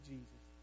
Jesus